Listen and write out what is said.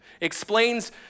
explains